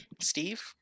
Steve